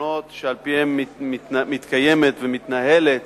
העקרונות שעל-פיהם מתקיימת ומתנהלת